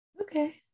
Okay